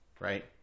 right